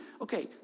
Okay